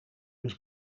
was